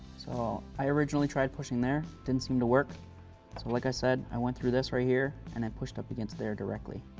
so i originally tried pushing there, didn't seem to work so like i said, i went through this right here and then pushed up against there directly,